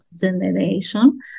generation